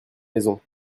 maison